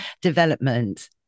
development